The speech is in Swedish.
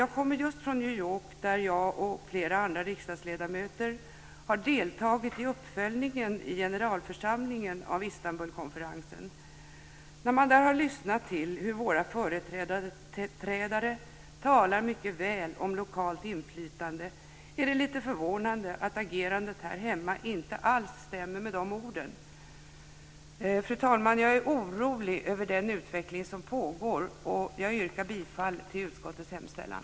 Jag kommer just från New York, där jag och flera andra riksdagsledamöter har deltagit i uppföljningen i generalförsamlingen av Istanbulkonferensen. När man där har lyssnat till hur våra företrädare talar mycket väl om lokalt inflytande är det lite förvånande att agerandet här hemma inte alls stämmer med de orden. Fru talman! Jag är orolig över den utveckling som pågår, och jag yrkar bifall till utskottets hemställan.